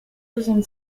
soixante